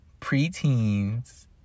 preteens